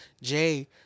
Jay